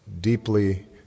deeply